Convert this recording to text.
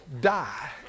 die